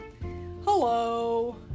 Hello